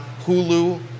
Hulu